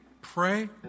pray